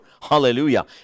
Hallelujah